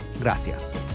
Gracias